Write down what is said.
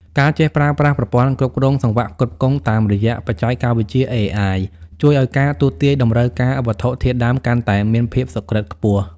ការចេះប្រើប្រាស់ប្រព័ន្ធគ្រប់គ្រងសង្វាក់ផ្គត់ផ្គង់តាមរយៈបច្ចេកវិទ្យា AI ជួយឱ្យការទស្សន៍ទាយតម្រូវការវត្ថុធាតុដើមកាន់តែមានភាពសុក្រឹតខ្ពស់។